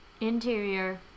interior